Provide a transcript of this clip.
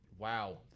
Wow